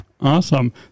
Awesome